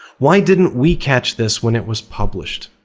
why didn't we catch this when it was published?